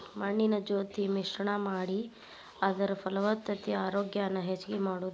ಮಣ್ಣಿನ ಜೊತಿ ಮಿಶ್ರಣಾ ಮಾಡಿ ಅದರ ಫಲವತ್ತತೆ ಆರೋಗ್ಯಾನ ಹೆಚಗಿ ಮಾಡುದು